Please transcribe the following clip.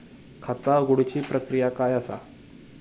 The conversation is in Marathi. खाता उघडुची प्रक्रिया काय असा?